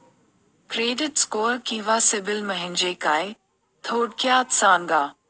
Credit score किंवा सिबिल म्हणजे काय? थोडक्यात सांगा